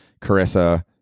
carissa